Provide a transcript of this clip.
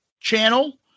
Channel